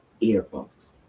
earphones